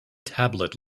tablet